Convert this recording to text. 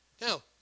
Now